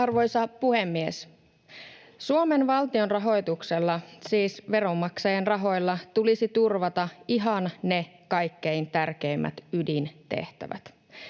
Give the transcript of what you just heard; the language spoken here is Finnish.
Arvoisa puhemies! Suomen valtion rahoituksella, siis veronmaksajien rahoilla, tulisi turvata ihan ne kaikkein tärkeimmät ydintehtävät.